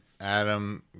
Adam